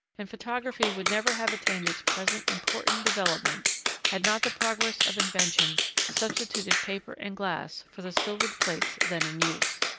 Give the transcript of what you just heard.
and photography would never have attained its present important development had not the progress of invention substituted paper and glass for the silvered plates then in use.